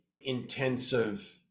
intensive